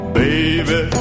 baby